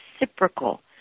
reciprocal